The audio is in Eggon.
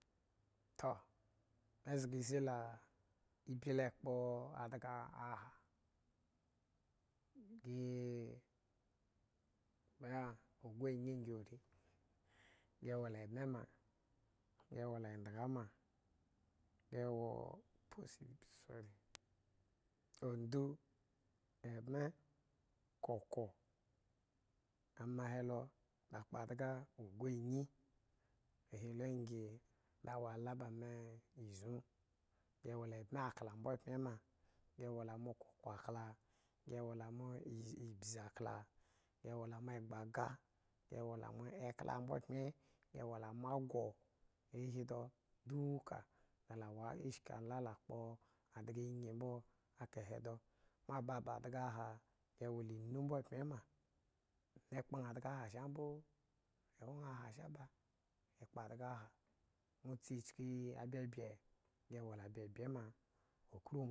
toh me zga isi laa ibyi le kpoo adga aha dii me ya aguanye ngi ari gi wo la ebme ma gi wo la endga ma gi woo pulse it so ondu embe koko ama he lo la kpadga ogunanyi ahi lo ngi wo ma izi ibzi akla gi wo la mo egbag gi wo la mo ekpla mbo pyen gi wo la mago ahi do duka da la wo eshki ala la kpoo adga nya mbo akahe do mo baa baa adgaha gi wo la inu mb pyen ma de kpo ñaa adgaha sha mbo ewo ñaa aa sha baa e kpo adgaha nwo tsi ichki abyebye gi wo la abyebye ma.